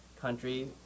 country